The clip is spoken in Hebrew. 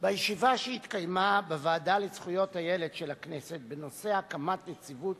בישיבה שהתקיימה בוועדה לזכויות הילד של הכנסת בנושא הקמת נציבות